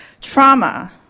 trauma